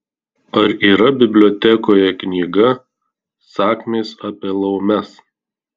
ar yra bibliotekoje knyga sakmės apie laumes